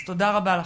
אז תודה רבה לך.